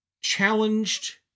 challenged